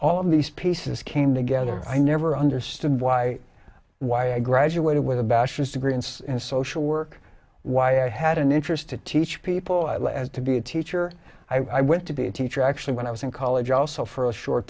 all of these pieces came together i never understood why why i graduated with a bachelor's degree and and social work why i had an interest to teach people i lead to be a teacher i went to be a teacher actually when i was in college and also for a short